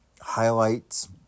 highlights